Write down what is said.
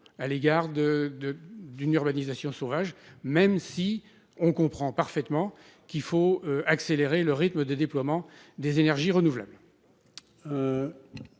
à l'égard de, de, d'une urbanisation sauvage, même si on comprend parfaitement qu'il faut accélérer le rythme de déploiement des énergies renouvelables.